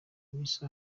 misi